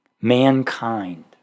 Mankind